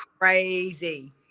crazy